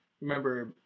remember